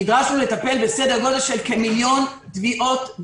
נדרשנו לטפל בכמיליון תביעות,